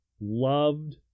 loved